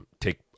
take